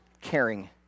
caring